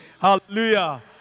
Hallelujah